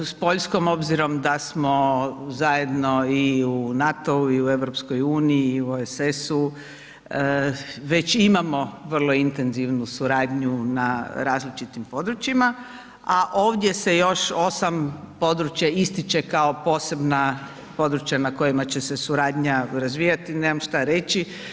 S Poljskom, obzirom da smo zajedno i u NATO-u i u EU i OSS-u, već imamo vrlo intenzivnu suradnju na različitim područjima, a ovdje se još 8 područja ističe kao posebna područja na kojima će se suradnja razvijati i nemam što reći.